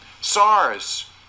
SARS